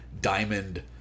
diamond